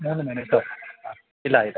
മൂന്ന് മിനിട്ട് ഇലായിട്ട്